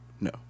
No